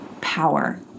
power